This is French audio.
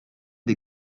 des